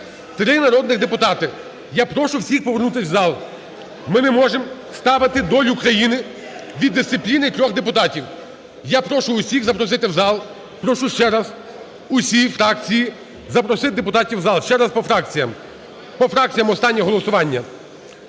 Три народних депутати. Я прошу всіх повернутись в зал. Ми не можемо ставити долю країни від дисципліни трьох депутатів. Я прошу усіх запросити в зал. Прошу ще раз усі фракції запросити депутатів в зал. Ще раз, по фракціям. По фракціям останнє голосування.